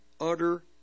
utter